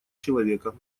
человека